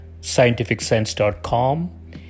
scientificsense.com